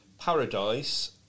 Paradise